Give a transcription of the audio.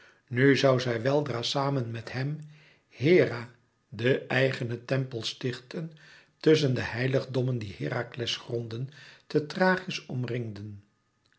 nu zoû zij weldra samen met hèm hera den eigenen tempel stichten tusschen de heiligdommen die herakles gronden te thrachis omringden